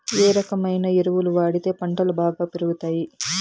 ఏ రకమైన ఎరువులు వాడితే పంటలు బాగా పెరుగుతాయి?